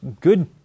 good